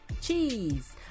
cheese